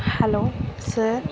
hello sir